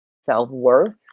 self-worth